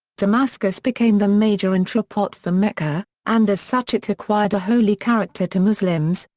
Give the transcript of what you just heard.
damascus became the major entrepot for mecca, and as such it acquired a holy character to muslims,